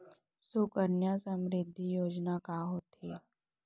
सुकन्या समृद्धि योजना का होथे